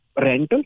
rental